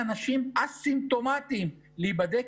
נקודה מצוינת בשביל לשים נקודה ולעבור למנהלי